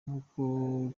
nkuko